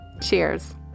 Cheers